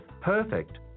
perfect